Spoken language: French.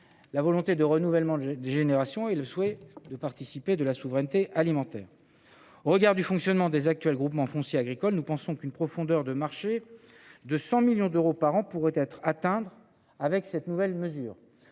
accompagner le renouvellement des générations, tout en contribuant à notre souveraineté alimentaire. Au regard du fonctionnement des actuels groupements fonciers agricoles, nous pensons qu’une profondeur de marché de 100 millions d’euros par an pourrait être atteinte avec cette nouvelle mesure.